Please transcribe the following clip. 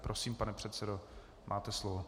Prosím, pane předsedo, máte slovo.